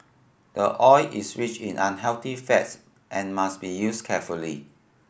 the oil is rich in unhealthy fats and must be used carefully